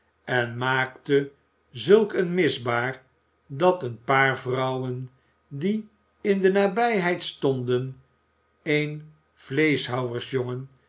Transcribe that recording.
en maakte zulk een misbaar dat een paar vrouwen die in de nabijheid stonden een vleeschhouwersjongen